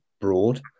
broad